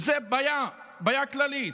וזו בעיה, בעיה כללית.